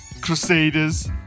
crusaders